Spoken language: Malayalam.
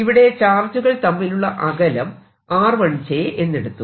ഇവിടെ ചാർജുകൾ തമ്മിലുള്ള അകലം r 1 j എന്നെടുത്തു